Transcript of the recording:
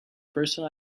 person